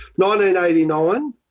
1989